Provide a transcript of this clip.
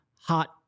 hot